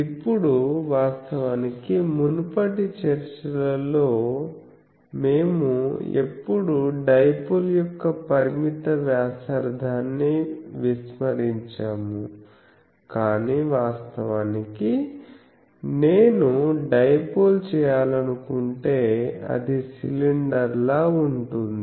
ఇప్పుడు వాస్తవానికి మునుపటి చర్చలలో మేము ఎప్పుడూ డైపోల్ యొక్క పరిమిత వ్యాసార్థాన్ని విస్మరించాము కానీ వాస్తవానికి నేను డైపోల్ చేయాలనుకుంటే అది సిలిండర్ లా ఉంటుంది